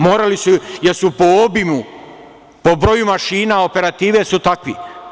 Morali su, jer su po obimu, po broju mašina operative takvi.